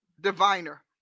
diviner